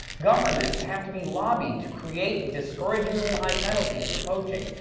governments have to be lobbied to create discouragingly high penalties for poaching,